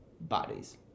bodies